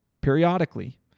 periodically